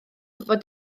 fod